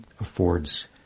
affords